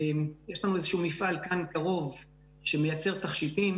יש לנו איזשהו מפעל כאן קרוב שמייצר תכשיטים